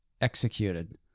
executed